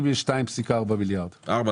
2.4 מיליארד, לפי הפרסומים.